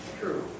True